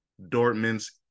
Dortmund's